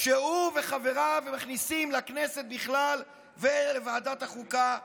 שהוא וחבריו מכניסים לכנסת בכלל ולוועדת החוקה בפרט.